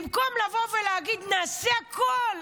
במקום לבוא ולהגיד: נעשה הכול,